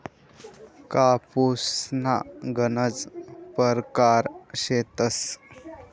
कापूसना गनज परकार शेतस